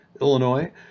Illinois